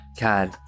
God